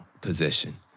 position